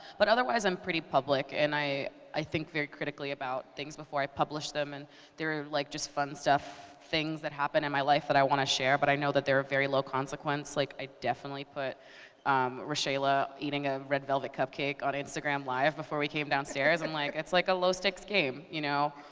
but otherwise, i'm pretty public, and i i think very critically about things before i publish them. and they're ah like just fun stuff things that happen in my life that i wanna share, but i know that they're very low consequence. like, i definitely put rashayla eating a red velvet cupcake on instagram live before we came downstairs, and like it's like a low-stakes game. you know